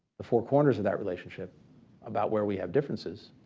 the four corners of that relationship about where we have differences